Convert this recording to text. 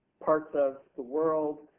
parts of the world.